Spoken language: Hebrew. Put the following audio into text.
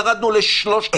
עכשיו ירדנו ל-3,000,